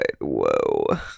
Whoa